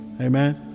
Amen